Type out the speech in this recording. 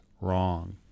wrong